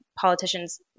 politicians